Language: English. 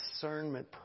discernment